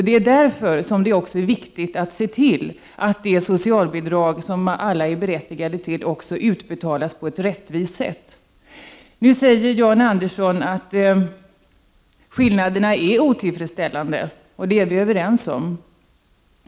Det är därför som det är viktigt att se till att det socialbidrag som alla är berättigade till också utbetalas på ett rättvist sätt. Nu säger Jan Andersson att skillnaderna är otillfredsställande. Det är vi överens om.